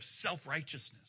self-righteousness